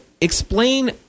explain